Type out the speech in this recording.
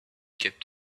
kept